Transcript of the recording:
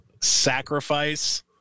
sacrifice